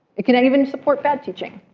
it can and even support bad teaching.